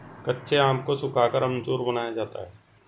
कच्चे आम को सुखाकर अमचूर बनाया जाता है